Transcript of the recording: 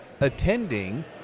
attending